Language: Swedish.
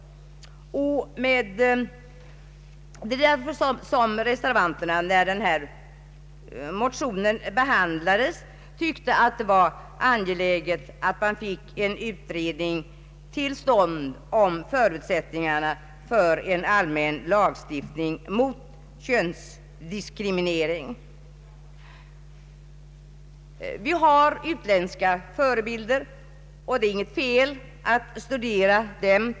Det är sådant som gjort att reservanterna, när den här motionen behandlades, tyckt det vara angeläget att man fick en utredning till stånd om förutsättningarna för en allmän lagstiftning mot könsdiskriminering. Vi har utländska förebilder, och det är ju inget fel att studera dem.